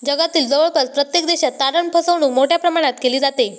जगातील जवळपास प्रत्येक देशात तारण फसवणूक मोठ्या प्रमाणात केली जाते